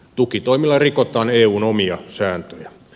tukitoimilla rikotaan eun omia sääntöjä